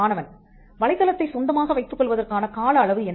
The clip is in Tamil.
மாணவன்வலைத்தளத்தை சொந்தமாக வைத்துக் கொள்வதற்கான கால அளவு என்ன